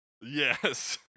Yes